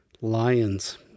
Lions